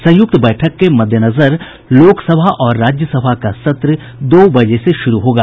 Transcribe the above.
संयुक्त बैठक के मद्देनजर लोकसभा और राज्यसभा का सत्र दो बजे से शुरु होगा